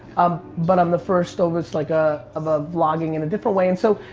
um, but i'm the first of us like ah, of ah vlogging in a different way, and so,